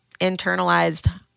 internalized